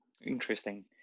Interesting